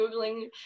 Googling